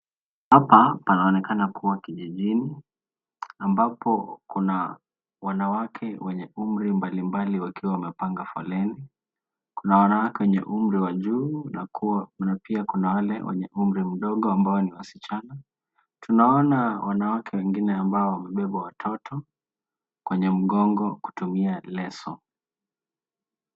Hapa panaonekana kuwa kijijini ambapo kuna wanawake wenye umri mbalimbali wakiwa wamepanga foleni. Kuna wanawake wenye umri wa juu na pia kuna wale wenye umri mdogo ambao ni wasichana. Tunaona wanawake wengine ambao wamebeba watoto kwenye mgogo kutumia leso.